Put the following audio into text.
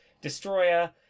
Destroyer